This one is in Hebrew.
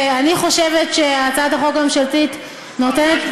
אני חושבת שהצעת החוק הממשלתית נותנת,